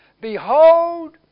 behold